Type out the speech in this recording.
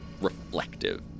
reflective